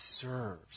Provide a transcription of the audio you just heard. serves